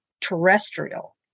terrestrial